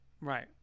Right